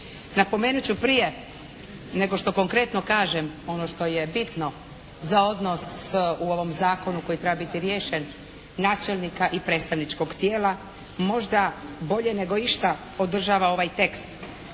Napomenut ću prije nego što konkretno kažem ono što je bitno za odnos u ovom Zakonu koji treba biti riješen načelnika i predstavničkog tijela možda bolje nego išta podržava ovaj tekst,